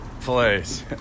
place